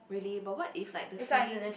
really but what if like the feeling